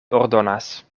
ordonas